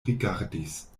rigardis